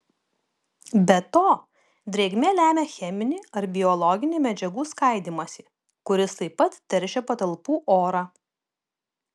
be to drėgmė lemia cheminį ar biologinį medžiagų skaidymąsi kuris taip pat teršia patalpų orą